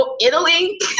Italy